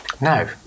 No